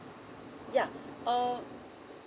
yeah um